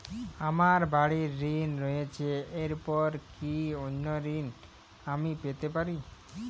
আমার বাড়ীর ঋণ রয়েছে এরপর কি অন্য ঋণ আমি পেতে পারি?